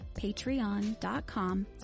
patreon.com